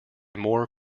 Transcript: more